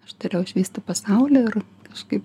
aš turėjau išvysti pasaulį ir kažkaip